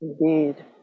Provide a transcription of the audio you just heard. Indeed